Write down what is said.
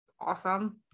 awesome